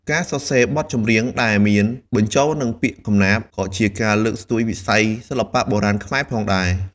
ការសរសេរបទចម្រៀងដែលមានបញ្ចូលនឹងពាក្យកំណាព្យក៏ជាការលើកស្ទួយវិស័យសិល្បៈបុរាណខ្មែរផងដែរ។